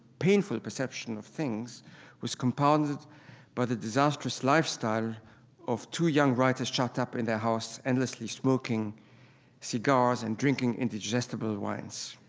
painful perception of things was compounded by the disastrous lifestyle of two young writers shut up in their house endlessly smoking cigars and drinking indigestible wines.